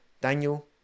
Daniel